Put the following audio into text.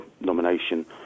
nomination